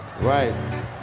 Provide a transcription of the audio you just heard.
Right